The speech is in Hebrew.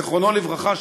זיכרונו לברכה,